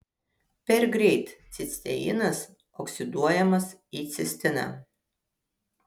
per greit cisteinas oksiduojamas į cistiną